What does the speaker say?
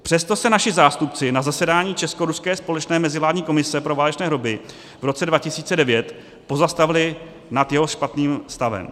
Přesto se naši zástupci na zasedání Českoruské společné mezivládní komise pro válečné hroby v roce 2009 pozastavili nad jeho špatným stavem.